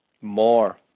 More